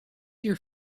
your